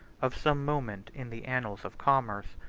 of some moment in the annals of commerce,